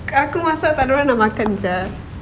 kalau aku masak tak ada orang nak makan sia